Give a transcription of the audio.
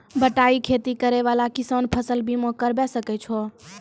बटाई खेती करै वाला किसान फ़सल बीमा करबै सकै छौ?